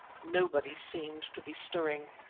nobody seemed to be stirring.